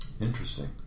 Interesting